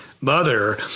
mother